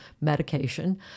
medication